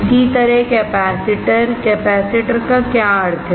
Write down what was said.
इसी तरह कैपेसिटरकैपेसिटर का क्या अर्थ है